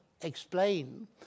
explain